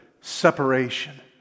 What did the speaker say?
separation